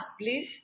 please